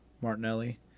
Martinelli